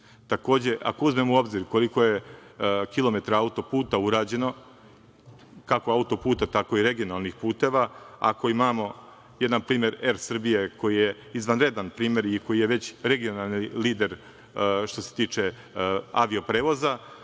ako uzmemo u obzir koliko je kilometara auto-puta urađeno, kako auto-puta tako i regionalnih puteva. Ako imamo jedan primer EPS, koji je izvanredan primer i koji je već regionalni lider, što se tiče avio prevoza,